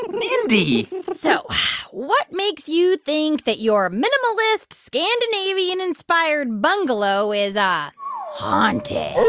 mindy so what makes you think that your minimalist, scandinavian-inspired bungalow is um haunted?